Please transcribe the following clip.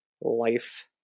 life